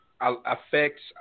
affects